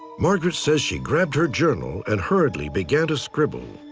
margaret says she grabbed her journal and hurriedly began to scribble.